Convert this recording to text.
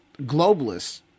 globalists